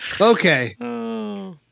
okay